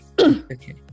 Okay